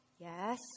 Yes